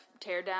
teardown